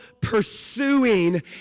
pursuing